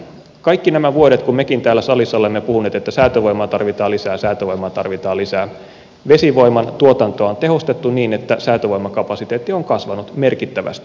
kaikki nämä vuodet kun mekin täällä salissa olemme puhuneet että säätövoimaa tarvitaan lisää säätövoimaa tarvitaan lisää vesivoiman tuotantoa on tehostettu niin että säätövoimakapasiteetti on kasvanut merkittävästi